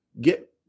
get